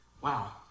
wow